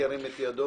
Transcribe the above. לשינויים.